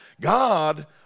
God